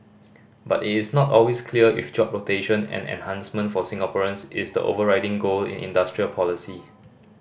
but it is not always clear if job creation and enhancement for Singaporeans is the overriding goal in industrial policy